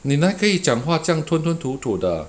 你那里可以讲话这样吞吞吐吐的